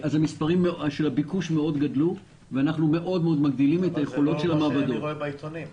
הביקוש גדל מאוד ואנחנו מגדילים מאוד את היכולות של המעבדות.